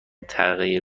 تغییر